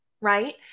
right